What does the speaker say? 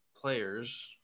players